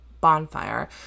bonfire